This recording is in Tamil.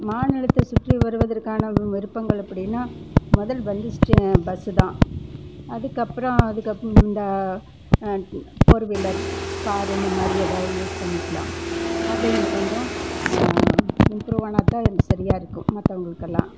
மாநிலத்தை சுற்றி வருவதற்கான விருப்பங்கள் அப்படினா முதல் வந்து பஸ்ஸு தான் அதுக்கப்புறம் அதுக்கு இந்த ஃபோர் வீலர் காரு இந்த மாதிரி எதாவது யூஸ் பண்ணிக்கலாம் அது இன்னும் கொஞ்சம் இம்ப்ரூவ் ஆனால்தான் சரியாக இருக்கும் மற்றவங்களுக்கெல்லாம்